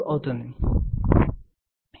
35 ohm అవుతుంది